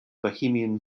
bohemian